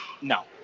no